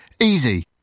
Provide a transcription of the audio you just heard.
Easy